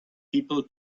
people